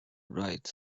right